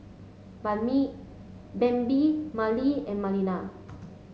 Bambi Merle and Melina